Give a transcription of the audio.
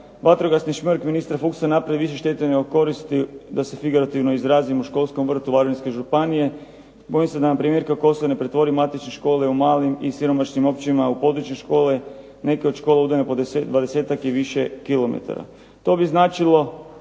vatrogasni šmrk ministra Fuchsa napravio više štete nego koristi da se figurativno izrazim u školskom vrtu Varaždinske županije. Bojim se da nam premijerka Kosor ne pretvori matične škole u malim i siromašnim općinama u područne škole, neke od škola udaljene po dvadesetak i više kilometara.